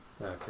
Okay